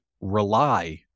rely